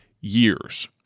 years